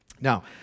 Now